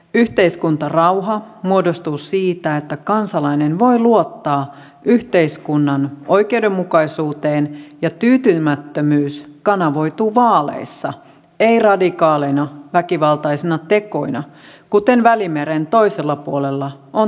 yhteiskuntarauha muodostuu siitä että kansalainen voi luottaa yhteiskunnan oikeudenmukaisuuteen ja tyytymättömyys kanavoituu vaaleissa ei radikaaleina väkivaltaisina tekoina kuten välimeren toisella puolella on tapahtunut